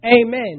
Amen